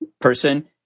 person